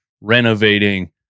renovating